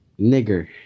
Nigger